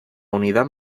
unidad